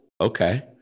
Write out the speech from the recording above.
okay